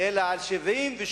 אלא על 78%,